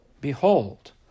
Behold